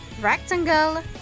rectangle